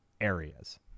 areas